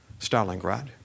Stalingrad